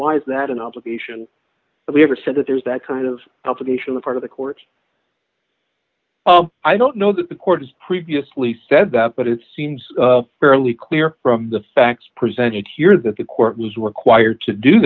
why is that an obligation but we never said that there's that kind of complication the part of the court i don't know that the court has previously said that but it seems fairly clear from the facts presented here that the court was required to do